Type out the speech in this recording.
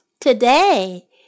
today